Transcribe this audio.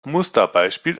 musterbeispiel